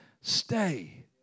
stay